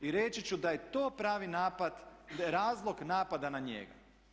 I reći ću da je to pravi napad, razlog napada na njega.